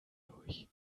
durch